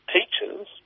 Teachers